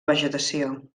vegetació